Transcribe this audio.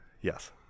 yes